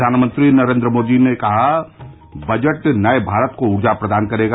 प्रधानमंत्री नरेन्द्र मोदी ने कहा बजट नए भारत को ऊर्जा प्रदान करेगा